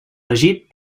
elegit